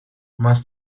más